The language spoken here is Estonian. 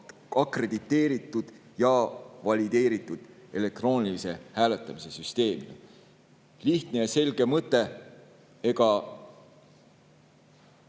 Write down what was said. akrediteeritud ja valideeritud elektroonilise hääletamise süsteemi. Lihtne ja selge mõte.